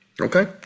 Okay